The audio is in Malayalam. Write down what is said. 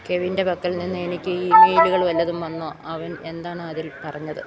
കെവിൻ്റെ പക്കൽ നിന്ന് എനിക്ക് ഇമെയിലുകള് വല്ലതും വന്നോ അവനെന്താണ് അതിൽ പറഞ്ഞത്